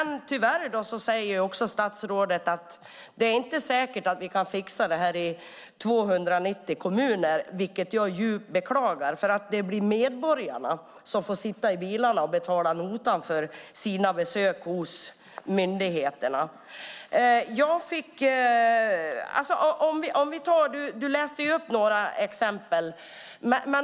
Nu säger statsrådet att det inte är säkert att man kan fixa det i 290 kommuner, vilket jag djupt beklagar. Det blir medborgarna som får sitta och köra bil och på så sätt betala notan för sina besök hos myndigheterna. Stefan Attefall gav några exempel.